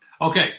Okay